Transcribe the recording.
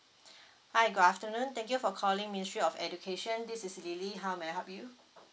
hi good afternoon thank you for calling ministry of education this is lily how may I help you